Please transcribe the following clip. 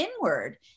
inward